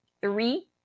three